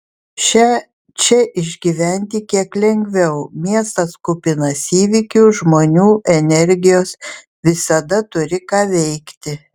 šią čia išgyventi kiek lengviau miestas kupinas įvykių žmonių energijos visada turi ką veikti